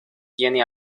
tiene